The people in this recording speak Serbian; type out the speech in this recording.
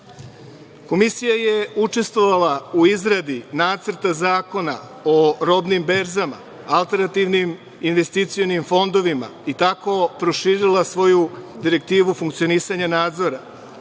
je učestvovala u izradi Nacrta zakona o robnim berzama, alternativnim investicionim fondovima i tako proširila svoju direktivu funkcionisanja nadzora.